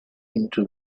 into